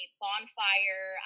bonfire